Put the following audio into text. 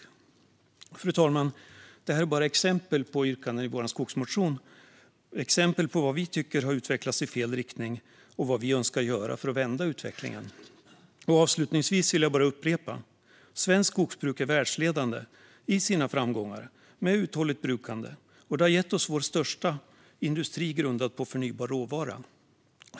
Fru talman! Det här är bara exempel på yrkanden i vår skogsmotion. Det är exempel på vad vi tycker har utvecklats i fel riktning och vad vi önskar göra för att vända utvecklingen. Avslutningsvis vill jag upprepa att svenskt skogsbruk är världsledande i sina framgångar med uthålligt brukande. Det har gett oss vår största industri, grundad på förnybar råvara.